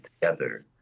together